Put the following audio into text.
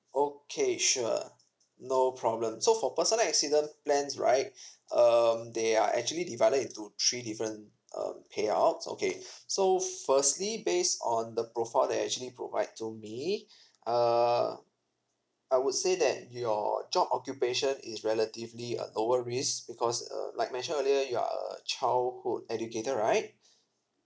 okay sure no problem so for personal accident plans right um they are actually divided into three different um payouts okay so firstly base on the profile that you actually provide to me uh I would say that your job occupation is relatively a lower risk because uh like mentioned earlier you are a childhood educator right